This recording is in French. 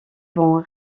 vont